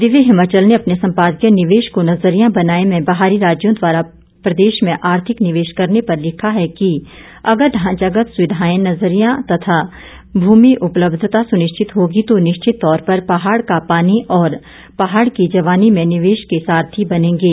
दिव्य हिमाचल ने अपने संपादकीय निवेश को नजरिया बनाएं में बाहरी राज्यों द्वारा प्रदेश में आर्थिक निवेश करने पर लिखा है कि अगर ढांचागत सुविधाएं नजरिया तथा भूमि उपलब्धता सुनिश्चित होगी तो निश्चित तौर पर पहाड़ का पानी और पहाड़ की जवानी में निवेश के सारथी बनेंगे